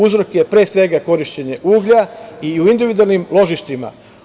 Uzrok je, pre svega, korišćenje uglja i u individualnim ložištima.